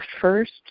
first